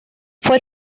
fue